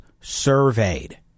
surveyed